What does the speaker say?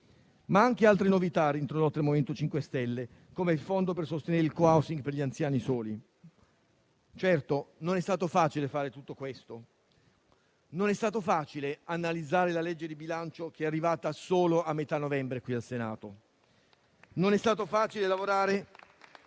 anche altre novità introdotte dal Movimento 5 stelle, come il fondo per sostenere il *cohousing* per gli anziani soli. Certo, non è stato facile fare tutto questo, non è stato facile analizzare il disegno di legge di bilancio, che è arrivato solo a metà novembre qui al Senato. Non è stato facile lavorare